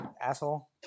asshole